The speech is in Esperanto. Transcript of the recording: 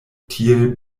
tiel